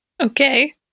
Okay